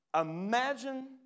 Imagine